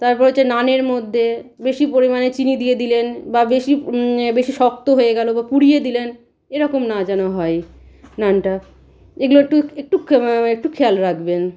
তারপরে হচ্ছে নানের মধ্যে বেশি পরিমাণে চিনি দিয়ে দিলেন বা বেশি বেশি শক্ত হয়ে গেলো বা পুড়িয়ে দিলেন এরকম না যেন হয় নানটা এগুলো একটু একটু মানে একটু খেয়াল রাকবেন